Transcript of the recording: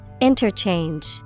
Interchange